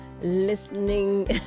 Listening